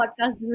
podcast